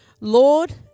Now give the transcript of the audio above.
Lord